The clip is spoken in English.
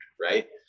right